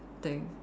thing